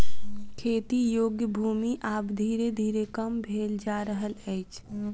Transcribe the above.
खेती योग्य भूमि आब धीरे धीरे कम भेल जा रहल अछि